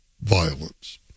violence